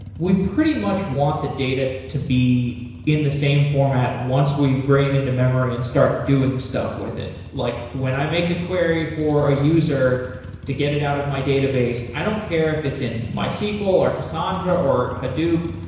we pretty much want the data to be in the same format once we bring in in to memory and start doing stuff with it. like when i make a query for a user to get it out of my database, i don't care if it's in mysql, or cassandra, or hadoop,